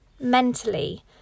mentally